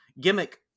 gimmick